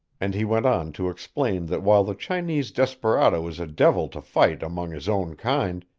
and he went on to explain that while the chinese desperado is a devil to fight among his own kind,